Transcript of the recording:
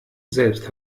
selbst